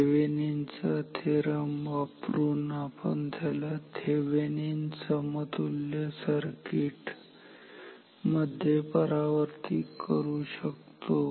थेवेनिनचा theorem वापरून आपण त्याला थेवेनिन समतुल्य सर्किट Thevenin's equivalent circuit मध्ये परावर्तित करू शकतो